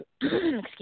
Excuse